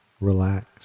relax